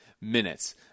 minutes